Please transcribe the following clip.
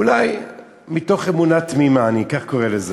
אולי מתוך אמונה תמימה, אני כך קורא לזה.